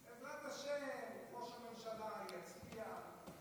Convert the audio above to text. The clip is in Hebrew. בעזרת השם ראש הממשלה יצביע,